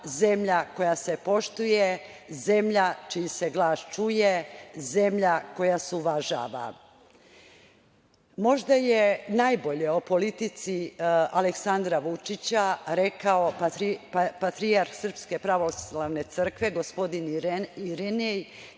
zemlja koja se poštuje, zemlja čiji se glas čuje, zemlja koja se uvažava. Možda je najbolje o politici Aleksandra Vučića rekao patrijarh Srpske pravoslavne crkve gospodin Irinej,